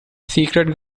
secret